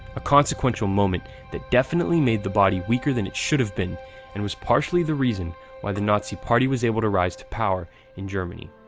a consequential moment that definitely made the body weaker than it should have been and was partially the reason why the nazi party was able to rise to power in germany.